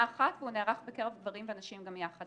אחת והוא נערך בקרב גברים ונשים גם יחד.